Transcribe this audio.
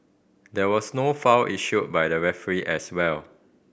there was no foul issued by the referee as well